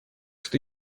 что